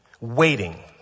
waiting